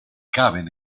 caben